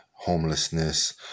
homelessness